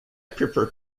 prefer